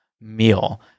meal